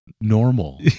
normal